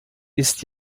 ist